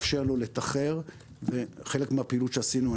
לאפשר לו לתחר וחלק מהפעילות שעשינו,